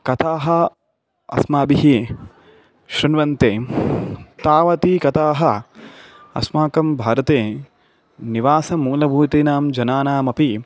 कथाः अस्माभिः शृण्वन्ते तावत्यः कथाः अस्माकं भारते निवासमूलभूतानां जनानाम् अपि